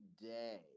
day